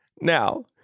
Now